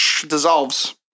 dissolves